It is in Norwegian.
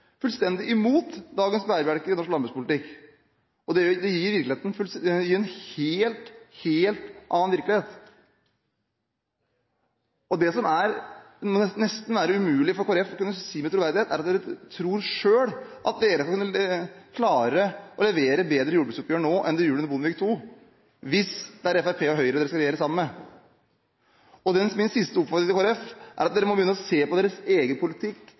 fullstendig mot dagens bærebjelker i norsk landbrukspolitikk. Det gir en helt, helt annen virkelighet. Det som må være nesten umulig for Kristelig Folkeparti å kunne si med troverdighet, er at de selv tror at de skal kunne klare å levere bedre jordbruksoppgjør nå enn de gjorde under Bondevik II, hvis det er Fremskrittspartiet og Høyre de skal regjere sammen med. Min siste oppfordring til Kristelig Folkeparti er at de må begynne å se på sin egen politikk